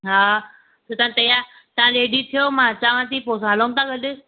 हा त तां तैयार तां रेडी थियो मां अचांव ती पो हलऊं ता गॾु